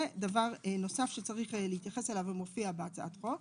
זה דבר נוסף שצריך להתייחס אליו ומופיע בהצעת החוק.